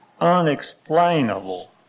unexplainable